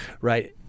Right